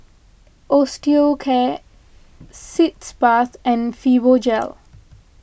Osteocare Sitz Bath and Fibogel